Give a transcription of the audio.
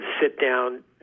sit-down